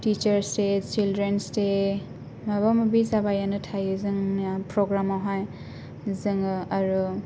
teachers दे children दे माबा माबि जाबाय थायो जोंहा प्रग्रेमावहाय जोङो आरो